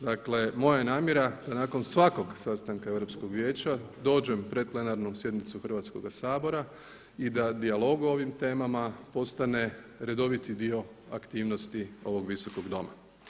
Dakle, moja je namjera da nakon svakog sastanka Europskog vijeća dođem pred plenarnom sjednicom Hrvatskoga sabora i da dijalog o ovim temama postane redoviti dio aktivnosti ovog visokog doma.